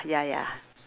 ya ya